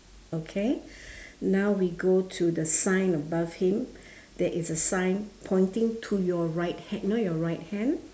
okay now we go to the sign above him there is a sign pointing to your right hand you know your right hand